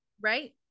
Right